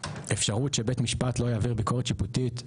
האפשרות שבית משפט לא יעביר ביקורת שיפוטית,